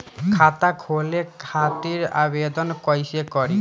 खाता खोले खातिर आवेदन कइसे करी?